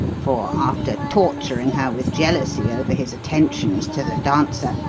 for, after torturing her with jealousy over his attentions to the dancer,